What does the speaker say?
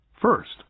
first